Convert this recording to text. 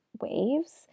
waves